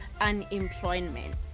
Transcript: unemployment